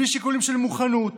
בלי שיקולים של מוכנות,